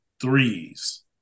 threes